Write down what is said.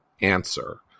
answer